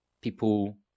people